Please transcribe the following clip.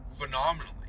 phenomenally